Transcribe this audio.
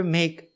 make